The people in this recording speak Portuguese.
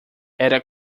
era